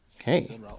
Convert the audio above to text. Okay